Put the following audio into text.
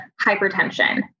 hypertension